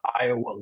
Iowa